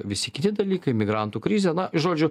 visi kiti dalykai migrantų krizė na žodžiu